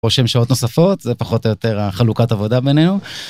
רושם שעות נוספות, זה פחות או יותר חלוקת העבודה ביניהם.